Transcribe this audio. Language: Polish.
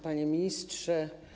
Panie Ministrze!